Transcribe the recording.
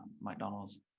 mcdonald's